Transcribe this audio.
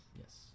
Yes